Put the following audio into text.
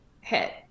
hit